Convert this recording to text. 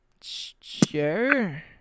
sure